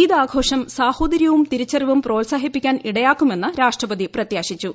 ഈദ് ആഘോഷം സാഹോദരൃവും തിരിച്ചറിവും പ്രോത്സാഹിപ്പിക്കാൻ ഇടയാക്കുമെന്ന് രാഷ്ട്രപതി പ്രത്യാശിച്ചു